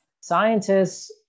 scientists